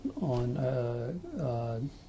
on